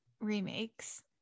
remakes